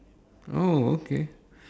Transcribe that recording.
oh okay